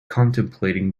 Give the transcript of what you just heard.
contemplating